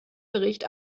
bericht